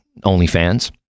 OnlyFans